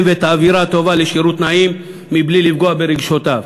ואת האווירה הטובה לשירות נעים מבלי לפגוע ברגשותיהם,